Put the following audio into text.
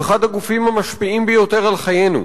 הוא אחד הגופים המשפיעים ביותר על חיינו.